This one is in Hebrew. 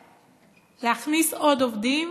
להכניס עוד עובדים